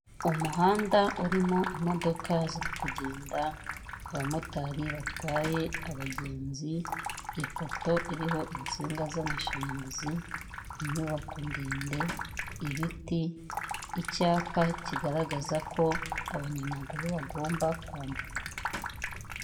Umuhanda urimo imodoka ziri kugenda, abamotari batwaye abagenzi, ipoto iriho insinga z'amashanyarazi, inyubako ndende, ibiti, icyapa kigaragaza ko abanyamaguru bagomba kwambuka.